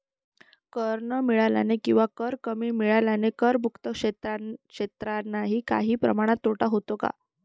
कर न मिळाल्याने किंवा कर कमी मिळाल्याने करमुक्त क्षेत्रांनाही काही प्रमाणात तोटा होतो का?